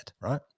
right